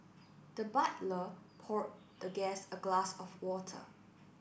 the butler poured the guest a glass of water